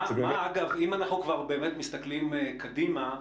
אם אנחנו כבר באמת מסתכלים קדימה,